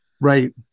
Right